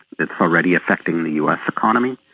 it's already affecting the us economy,